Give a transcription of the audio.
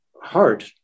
Hard